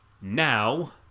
Now